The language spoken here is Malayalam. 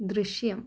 ദൃശ്യം